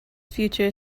future